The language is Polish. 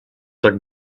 tak